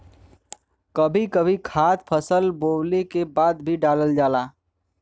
कभी कभी खाद फसल बोवले के बाद भी डालल जाला